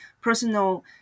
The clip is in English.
personal